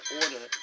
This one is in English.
order